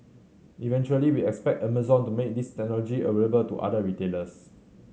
eventually we expect Amazon to make this technology available to other retailers